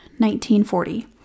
1940